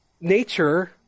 nature